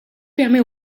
permet